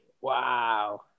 Wow